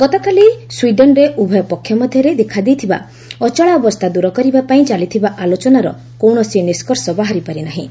ଗତକାଲି ସ୍ୱିଡେନ୍ରେ ଉଭୟ ପକ୍ଷ ମଧ୍ୟରେ ଦେଖାଦେଇଥିବା ଅଚଳାବସ୍ଥା ଦୂର କରିବା ପାଇଁ ଚାଲିଥିବା ଆଲୋଚନାର କୌଣସି ନିଷ୍କର୍ଷ ବାହାରିପାରି ନାହିଁ